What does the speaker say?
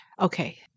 Okay